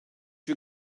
you